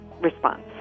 response